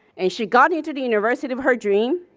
and she got into the university of her dream.